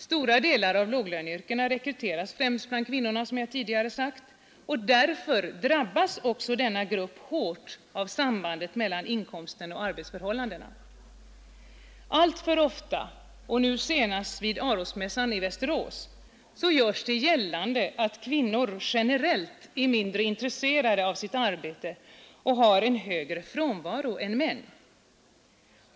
Stora delar av de anställda inom låglöneyrkena rekryteras främst bland kvinnorna, som jag tidigare sagt, och därför drabbas också denna grupp hårt av sambandet mellan inkomsten och arbetsförhållandena. Alltför ofta, och nu senast vid Arosmässan i Västerås, har det gjorts gällande att kvinnor generellt är mindre intresserade av sitt arbete och har en högre frånvaro än männen.